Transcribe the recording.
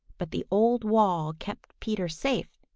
but the old wall kept peter safe,